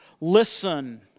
Listen